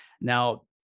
Now